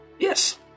Yes